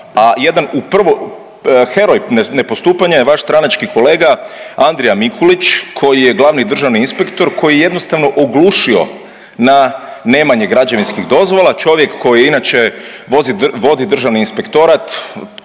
a jedan u prvo, heroj nepostupanja je vaš stranački kolega Andrija Mikulić koji je glavni državni inspektor koji je jednostavno odlučio na nemanje građevinskih dozvola, čovjek koji inače vodi Državni inspektorat